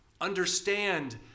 understand